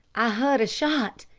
i heard a shot.